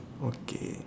okay